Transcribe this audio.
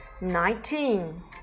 nineteen